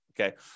okay